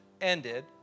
ended